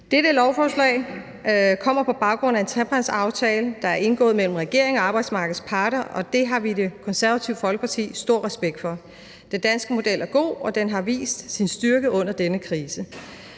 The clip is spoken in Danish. Dette lovforslag kommer på baggrund af en trepartsaftale, der er indgået mellem regeringen og arbejdsmarkedets parter, og det har vi i Det Konservative Folkeparti stor respekt for. Den danske model er god, og den har vist sin styrke under denne krise.